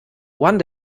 one